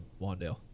Wandale